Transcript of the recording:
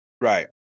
right